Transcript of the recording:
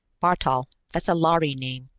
bartol that's a lhari name.